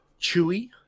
Chewy